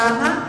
למה?